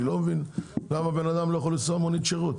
אני לא מבין למה בן אדם לא יכול לנסוע במונית שירות.